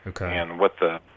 Okay